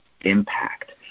impact